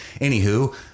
Anywho